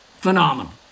phenomenal